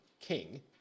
king